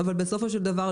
אבל בסופו של דבר,